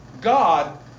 God